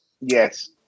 Yes